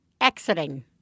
exiting